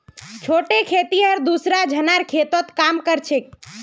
छोटे खेतिहर दूसरा झनार खेतत काम कर छेक